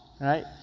right